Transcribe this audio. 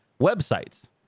websites